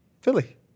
Philly